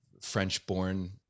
French-born